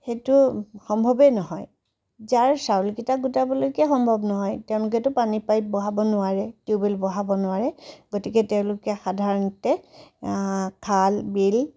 সেইটো সম্ভৱেই নহয় যাৰ চাউলকেইটা গোটাবলৈকে সম্ভৱ নহয় তেওঁলোকেতো পানীৰ পাইপ বহাব নোৱাৰে টিউবেল বহাব নোৱাৰে গতিকে তেওঁলোকে সাধাৰণতে খাল বিল